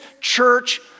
church